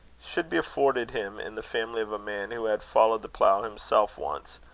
should be afforded him in the family of a man who had followed the plough himself once,